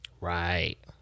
Right